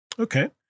Okay